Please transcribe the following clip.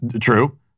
true